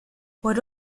por